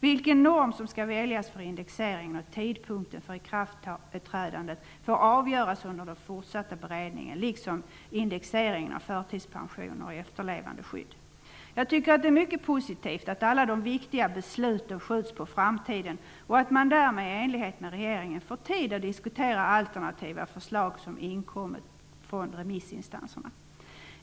Vilken norm som skall väljas för indexeringen och för tidpunkten för ikraftträdandet får avgöras under den fortsatta beredningen liksom indexeringen av förtidspensioner och efterlevandeskydd. Jag tycker att det är mycket positivt att alla de viktiga besluten skjuts på framtiden och att man därmed, i enlighet med regeringen, får tid att diskutera de alternativa förslag som har inkommit från remissinstanserna.